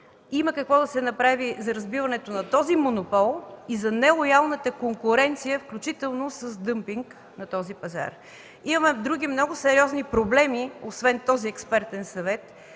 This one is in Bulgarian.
Има какво да се направи за разбиването на този монопол и за нелоялната конкуренция, включително с дъмпинг, на този пазар. Има други много сериозни проблеми, освен този експертен съвет,